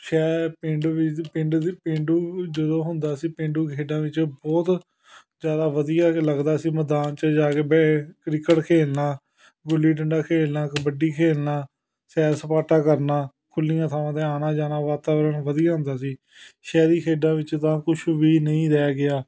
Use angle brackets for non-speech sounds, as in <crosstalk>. ਸ਼ਹਿਰ ਪਿੰਡ <unintelligible> ਪੇਂਡੂ ਜਦੋਂ ਹੁੰਦਾ ਸੀ ਪੇਂਡੂ ਖੇਡਾਂ ਵਿੱਚੋਂ ਬਹੁਤ ਜ਼ਿਆਦਾ ਵਧੀਆ ਲੱਗਦਾ ਸੀ ਮੈਦਾਨ 'ਚ ਜਾ ਕੇ ਮੈਂ ਕ੍ਰਿਕਟ ਖੇਲਣਾ ਗੁੱਲੀ ਡੰਡਾ ਖੇਲਣਾ ਕਬੱਡੀ ਖੇਲਣਾ ਸੈਰ ਸਪਾਟਾ ਕਰਨਾ ਖੁੱਲ੍ਹੀਆਂ ਥਾਵਾਂ 'ਤੇ ਆਉਣਾ ਜਾਣਾ ਵਾਤਾਵਰਨ ਵਧੀਆ ਹੁੰਦਾ ਸੀ ਸ਼ਹਿਰੀ ਖੇਡਾਂ ਵਿੱਚ ਤਾਂ ਕੁਝ ਵੀ ਨਹੀਂ ਰਹਿ ਗਿਆ